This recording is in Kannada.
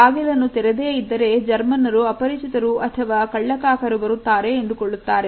ಬಾಗಿಲನ್ನು ತೆರೆದೇ ಇದ್ದರೆ ಜರ್ಮನ್ನರು ಅಪರಿಚಿತರು ಅಥವಾ ಕಳ್ಳಕಾಕರು ಬರುತ್ತಾರೆ ಎಂದುಕೊಳ್ಳುತ್ತಾರೆ